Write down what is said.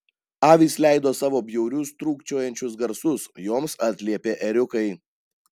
avys leido savo bjaurius trūkčiojančius garsus joms atliepė ėriukai